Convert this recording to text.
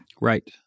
Right